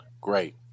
Great